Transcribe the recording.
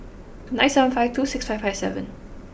nine seven five two six five five seven